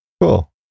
Cool